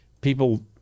people